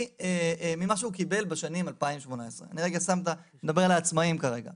אני לא מצליח להבין מאיפה זה בא.